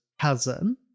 cousin